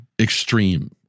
extreme